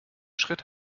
schritt